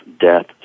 death